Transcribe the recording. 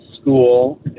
school